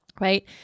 right